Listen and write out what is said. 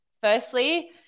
firstly